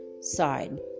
side